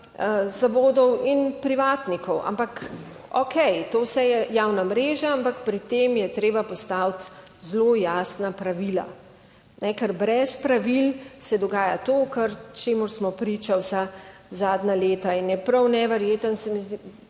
zavodov in privatnikov, ampak okej, to vse je javna mreža, ampak pri tem je treba postaviti zelo jasna pravila. Ker brez pravil se dogaja to, čemur smo priča vsa zadnja leta. In je prav neverjetno,